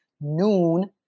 noon